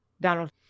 Donald